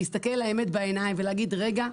להסתכל לאמת בעיניים ולהגיד: רגע,